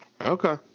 Okay